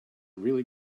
really